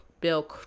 bill